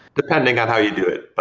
depending on how you do it, but,